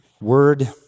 Word